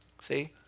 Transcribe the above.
See